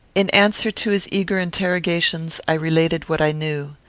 in answer to his eager interrogations, i related what i knew.